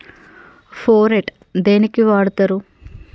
Phorate దేనికి వాడుతరు?